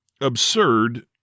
absurd